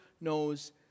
knows